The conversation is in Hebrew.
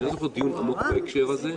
אבל אני לא זוכר דיון עמוק בהקשר הזה.